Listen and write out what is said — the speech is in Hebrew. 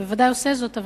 הוא בוודאי עושה זאת,